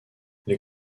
les